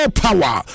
power